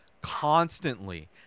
constantly